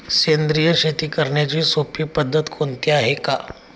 सेंद्रिय शेती करण्याची सोपी पद्धत कोणती आहे का?